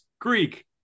Greek